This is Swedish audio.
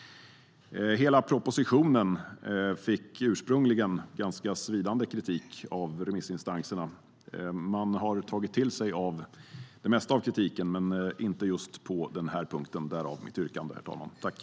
Hela propositionen fick ursprungligen ganska svidande kritik av remissinstanserna. Man har tagit till sig av det mesta av kritiken, men inte just på den här punkten. Därav mitt yrkande, herr talman.